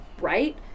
Right